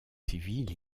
civile